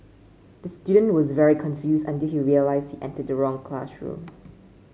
the student was very confused until he realised he entered the wrong classroom